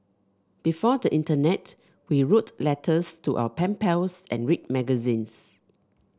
before the internet we wrote letters to our pen pals and read magazines